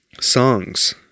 songs